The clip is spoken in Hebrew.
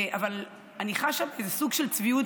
אבל אני חשה פה סוג של צביעות,